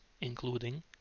including